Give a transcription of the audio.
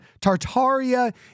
Tartaria